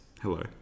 Hello